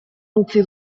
utzi